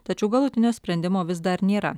tačiau galutinio sprendimo vis dar nėra